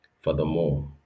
Furthermore